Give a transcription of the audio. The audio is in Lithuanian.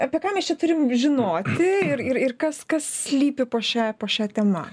apie ką mes čia turim žinoti ir ir ir kas kas slypi po šia po šia tema